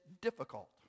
difficult